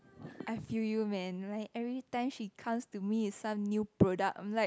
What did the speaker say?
I feel you man like everytime she cast to me it some new product I'm like